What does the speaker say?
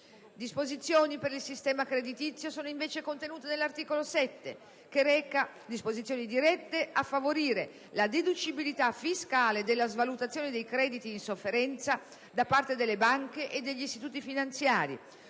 Disposizioni per il sistema creditizio sono contenute, invece, nell'articolo 7, che reca disposizioni dirette a favorire la deducibilità fiscale della svalutazione dei crediti in sofferenza da parte delle banche e degli istituti finanziari,